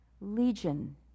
legion